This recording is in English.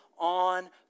on